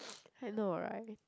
I know right